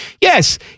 yes